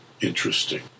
interesting